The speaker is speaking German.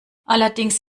allerdings